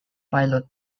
pilot